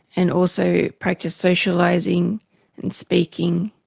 and also practice socialising and speaking,